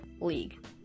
league